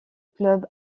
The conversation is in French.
club